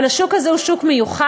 אבל השוק הזה הוא שוק מיוחד,